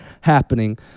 happening